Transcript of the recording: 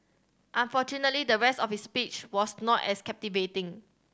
unfortunately the rest of his speech was not as captivating